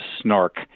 snark